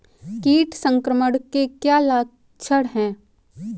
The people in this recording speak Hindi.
कीट संक्रमण के क्या क्या लक्षण हैं?